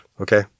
Okay